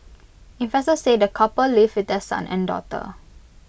investors say the couple live with their son and daughter